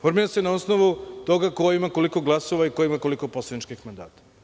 Formira se na osnovu toga ko ima koliko glasova i ko ima koliko poslaničkih mandata.